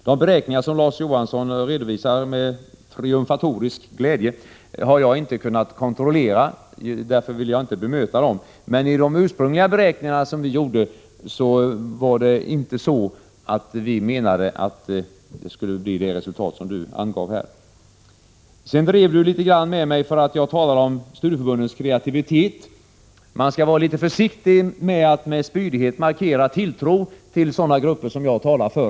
De beräkningar som Larz Johansson redovisar med triumfatorisk glädje har jag inte kunnat kontrollera, och därför vill jag inte bemöta dem. Men de ursprungliga beräkningar som vi gjorde visade inte det resultat som Larz Johansson angav här. Sedan drev Larz Johansson litet grand med mig för att jag talade om studieförbundens kreativitet. Jag tycker att man skall vara litet försiktig med — Prot. 1986/87:127 att ta till spydigheter gentemot sådana grupper som jag talar för.